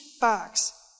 box